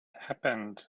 happened